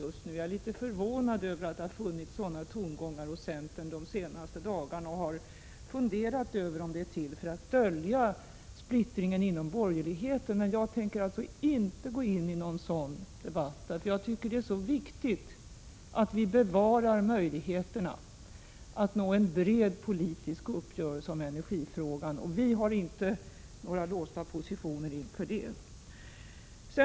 Jag är litet förvånad över att det funnits sådana tongångar hos centern under de senaste dagarna och har funderat över om de varit till för att dölja splittringen inom borgerligheten. Men jag tänker alltså inte gå in i någon sådan debatt. Jag tycker nämligen att det är utomordentligt viktigt att vi bevarar möjligheterna att nå en bred politisk uppgörelse om energifrågan. Vi har inte några låsta positioner inför en sådan.